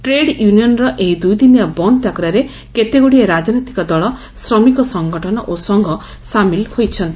trade ୟୁନିୟନ୍ର ଏହି ଦୂଇଦିନିଆ ବନ୍ଦ ଡାକରାରେ କେତେଗୁଡ଼ିଏ ରାଜନୈତିକ ଦଳ ଶ୍ରମିକ ସଂଗଠନ ଓ ସଂଘ ସାମିଲ ହୋଇଛନ୍ତି